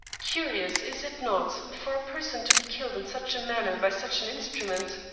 curious, is it not, for a person to be killed in such a manner by such an instrument?